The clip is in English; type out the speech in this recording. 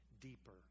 deeper